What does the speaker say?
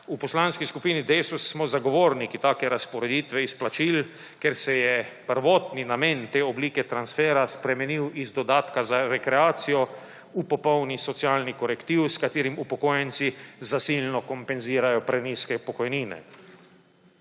V Poslanski skupini Desus smo zagovorniki take razporeditve izplačil, ker se je prvotni namen te oblike transfera spremenil iz dodatka za rekreacijo v popolni socialni korektiv, s katerim upokojenci zasilno kompenzirajo prenizke pokojnine.